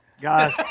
guys